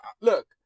look